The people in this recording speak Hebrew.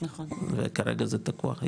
וכרגע זה תקוע,